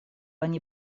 они